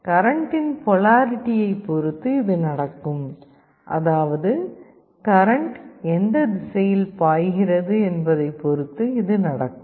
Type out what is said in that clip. கரண்ட்டின் போலாரிட்டியைப் பொறுத்து இது நடக்கும் அதாவது கரண்ட் எந்த திசையில் பாய்கிறது என்பதை பொறுத்து இது நடக்கும்